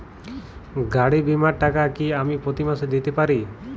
গাড়ী বীমার টাকা কি আমি প্রতি মাসে দিতে পারি?